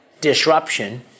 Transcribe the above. disruption